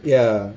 ya